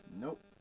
Nope